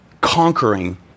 conquering